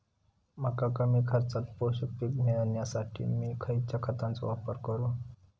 मका कमी खर्चात पोषक पीक मिळण्यासाठी मी खैयच्या खतांचो वापर करू?